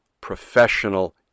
professional